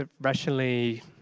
rationally